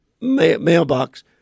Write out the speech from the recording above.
mailbox